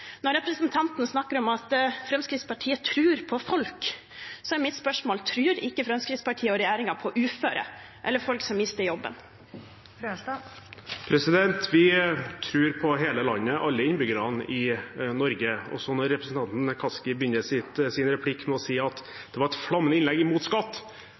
Når representanten snakker om at Fremskrittspartiet tror på folk, er mitt spørsmål: Tror ikke Fremskrittspartiet og regjeringen på uføre eller på folk som mister jobben? Vi tror på hele landet, på alle innbyggerne i Norge. Når representanten Kaski begynner sin replikk med å si at det var et flammende innlegg mot skatt,